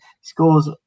scores